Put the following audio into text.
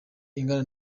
ingana